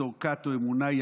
בתור כת או אמונה,